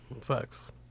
Facts